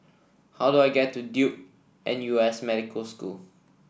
how do I get to Duke N U S Medical School